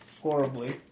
Horribly